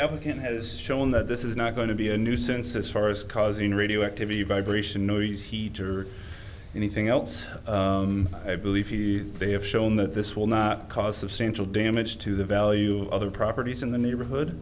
applicant has shown that this is not going to be a nuisance as far as causing radioactivity vibration noise heat or anything else i believe they have shown that this will not cause substantial damage to the value of other properties in the neighborhood